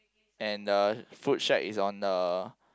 and the food shack is one the